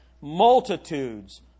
Multitudes